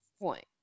point